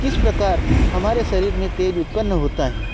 किस प्रकार हमारे शरीर मे तेज उत्पन्न होता है